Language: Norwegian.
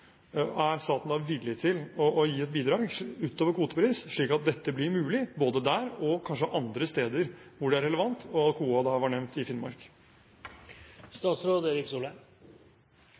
Er staten da villig til å gi et bidrag utover kvotepris, slik at dette blir mulig både der og kanskje andre steder hvor det er relevant, og Alcoa var nevnt i Finnmark?